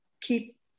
keep